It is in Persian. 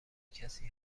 کسی